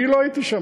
אני לא הייתי שם.